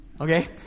Okay